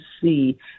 see